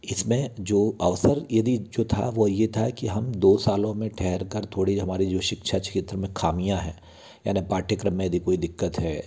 इसमें जो अवसर यदि जो था वो ये था कि हम दो सालों में ठहर कर थोड़ी हमारी जो शिक्षा क्षेत्र में ख़ामियाँ हैं यानी पाठ्यक्रम में यदि कोई दिक्कत है